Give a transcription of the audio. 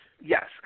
yes